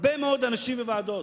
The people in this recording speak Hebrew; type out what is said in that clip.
הרבה מאוד אנשים בוועדות,